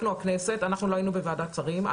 אנחנו, הכנסת, לא היינו בוועדת שרים.